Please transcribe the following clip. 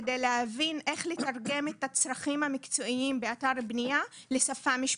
וכדי להבין איך לתרגם את הצרכים המקצועיים באתר בנייה לשפה משפטית.